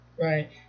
Right